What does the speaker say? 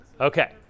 Okay